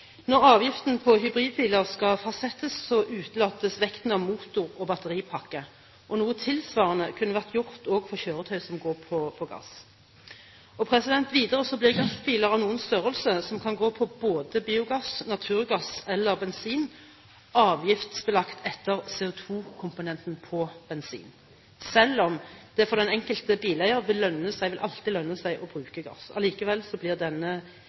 Når avgiften på hybridbiler skal fastsettes, utelates vekten av motor og batteripakke. Noe tilsvarende kunne også vært gjort for kjøretøy som går på gass. Videre blir gassbiler av noen størrelse – biler som kan gå både på biogass, naturgass eller bensin, avgiftsbelagt etter CO2-komponenten på bensin, selv om det for den enkelte bileier alltid vil lønne seg å bruke gass. Likevel blir altså denne avgiftsbelagt som om den